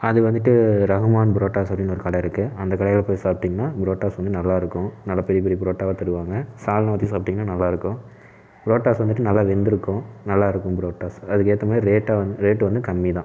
அது வந்துவிட்டு ரகுமான் புரோட்டாஸ் அப்படின்னு ஒரு கடை இருக்குது அந்த கடையில் போய் சாப்ட்டிங்கனா புரோட்டஸ் வந்து நல்லா இருக்கும் நல்லா பெரிய பெரிய புரோட்டாவாக தருவாங்க சால்னா ஊற்றி சாப்ட்டிங்கனா நல்லா இருக்கும் புரோட்டஸ் வந்துவிட்டு நல்லா வெந்திருக்கும் நல்லா இருக்கும் புரோட்டாஸ் அதுக்கேற்ற மாதிரி ரேட்டு ரேட்டு வந்து கம்மி தான்